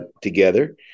together